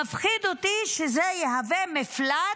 מפחיד אותי שזה יהווה מפלט,